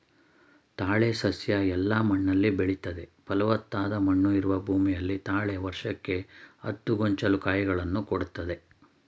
ತಾಳೆ ಸಸ್ಯ ಎಲ್ಲ ಮಣ್ಣಲ್ಲಿ ಬೆಳಿತದೆ ಫಲವತ್ತಾದ ಮಣ್ಣು ಇರುವ ಭೂಮಿಯಲ್ಲಿ ತಾಳೆ ವರ್ಷಕ್ಕೆ ಹತ್ತು ಗೊಂಚಲು ಕಾಯಿಗಳನ್ನು ಕೊಡ್ತದೆ